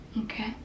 okay